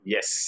Yes